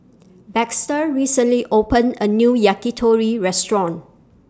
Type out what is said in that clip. Baxter recently opened A New Yakitori Restaurant